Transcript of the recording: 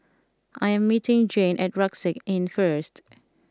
I am meeting Jane at Rucksack Inn first